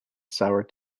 sour